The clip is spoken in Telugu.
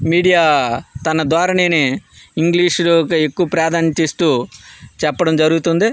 మీడియా తన ధోరణిని ఇంగ్లీషులో ఎక్కువ ప్రాధాన్యత ఇస్తూ చెప్పడం జరుగుతుంది